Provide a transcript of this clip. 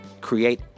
create